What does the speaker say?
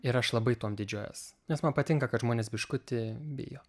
ir aš labai tuom didžiuojuos nes man patinka kad žmonės biškutį bijo